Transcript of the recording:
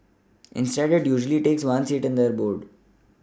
instead it usually takes one seat in their board